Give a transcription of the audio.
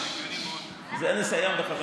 את זה נסיים ב-05:00.